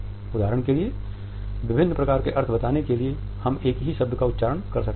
उदाहरण के लिए विभिन्न प्रकार के अर्थ बताने के लिए हम एक ही शब्द का उच्चारण कर सकते हैं